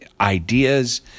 ideas